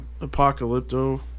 Apocalypto